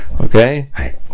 okay